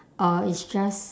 uh it's just